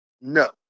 No